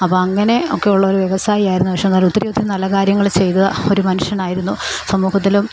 അപ്പോൾ അങ്ങനെ ഒക്കെയുള്ളൊരു വ്യവസായിയായിരുന്നു പക്ഷേ എന്നാൽ ഒത്തിരി ഒത്തിരി നല്ല കാര്യങ്ങൾ ചെയ്ത ഒരു മനുഷ്യനായിരുന്നു സമൂഹത്തിലും